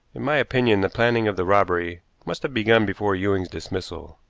in my opinion the planning of the robbery must have begun before ewing's dismissal.